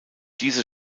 diese